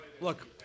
Look